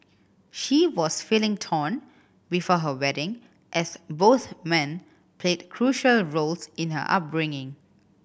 she was feeling torn before her wedding as both men played crucial roles in her upbringing